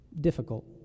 difficult